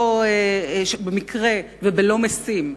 במקרה ובלא משים.